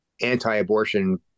anti-abortion